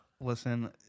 Listen